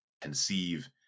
conceive